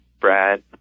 Brad